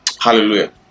Hallelujah